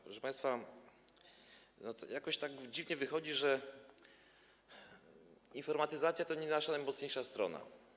Proszę państwa, jakoś tak dziwnie wychodzi, że informatyzacja to nie jest nasza najmocniejsza strona.